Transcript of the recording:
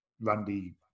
Randy